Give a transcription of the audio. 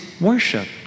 worship